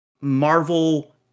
Marvel